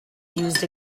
used